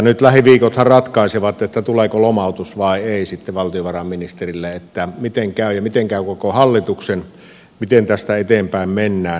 nyt lähiviikothan ratkaisevat tuleeko valtiovarainministerille sitten lomautus vai ei miten käy ja miten käy koko hallituksen miten tästä eteenpäin mennään